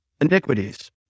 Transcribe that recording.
iniquities